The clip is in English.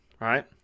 Right